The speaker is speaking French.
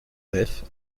nefs